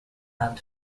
and